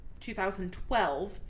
2012